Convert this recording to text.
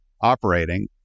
operating